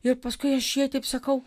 ir paskui aš jai taip sakau